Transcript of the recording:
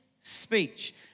speech